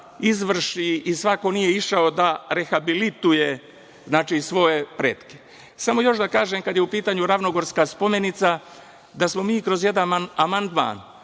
izvrši i svako nije išao da rehabilituje svoje pretke. Samo još da kažem kada je u pitanju „Ravnogorska spomenica“, da smo mi kroz jedan amandman,